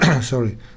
Sorry